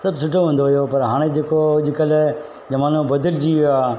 सभु सुठो हूंदो हुयो पर हाणे जेको अॼुकल्ह ज़मानो बदिलिजी वियो आहे